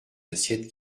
assiettes